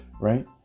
right